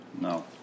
No